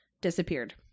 disappeared